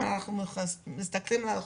אם אנחנו מסתכלים על האוכלוסייה,